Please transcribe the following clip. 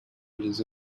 les